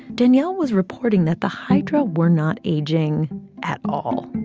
daniel was reporting that the hydra were not aging at all.